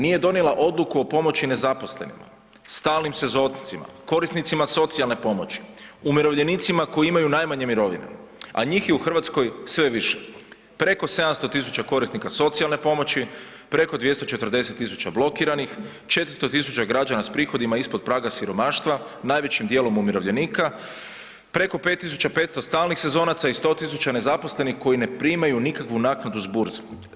Nije donijela odluku o pomoći nezaposlenima, stalnim sezoncima, korisnicima socijalne pomoći, umirovljenicima koji imaju najmanje mirovine, a njih je u Hrvatskoj sve više, preko 700 tisuća korisnika socijalne pomoći, preko 240 tisuća blokiranih, 400 tisuća građana s prihodima ispod praga siromaštva, najvećim dijelom umirovljenika, preko 5500 stalnih sezonaca i 100 tisuća nezaposlenih koji ne primaju nikakvu naknadu s burze.